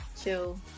chill